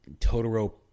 Totoro